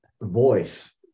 voice